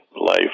life